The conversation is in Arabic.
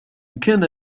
كان